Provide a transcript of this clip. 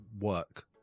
work